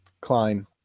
Klein